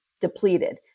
depleted